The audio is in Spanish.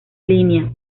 línea